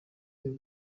gaga